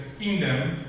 kingdom